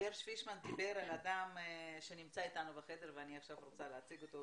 גרש פישמן דיבר על אדם שנמצא אתנו בחדר ואני עכשיו רוצה להציג אותו,